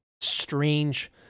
strange